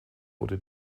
wurde